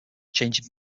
changing